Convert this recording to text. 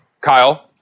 Kyle